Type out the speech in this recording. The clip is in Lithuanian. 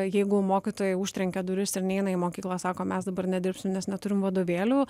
jeigu mokytojai užtrenkia duris ir neina į mokyklą sako mes dabar nedirbsim nes neturim vadovėlių